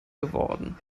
geworden